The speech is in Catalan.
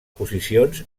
posicions